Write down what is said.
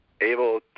able